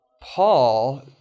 Paul